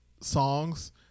songs